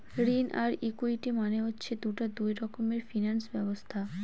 ঋণ আর ইকুইটি মানে হচ্ছে দুটা দুই রকমের ফিনান্স ব্যবস্থা